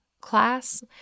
class